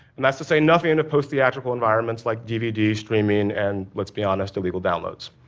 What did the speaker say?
and that's to say nothing and of post-theatrical environments like dvd, streaming and, let's be honest, illegal downloads.